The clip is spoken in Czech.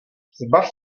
zbav